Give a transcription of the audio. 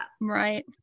Right